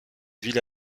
ville